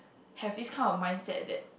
have this kind of mindset that